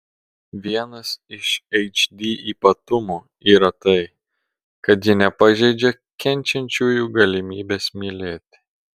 vienas iš hd ypatumų yra tai kad ji nepažeidžia kenčiančiųjų galimybės mylėti